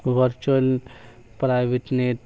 virtual private net